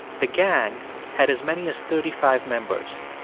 the gang had as many as thirty five members,